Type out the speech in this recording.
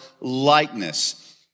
likeness